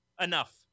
Enough